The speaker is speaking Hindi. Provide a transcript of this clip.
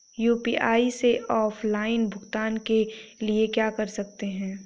यू.पी.आई से ऑफलाइन भुगतान के लिए क्या कर सकते हैं?